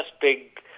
big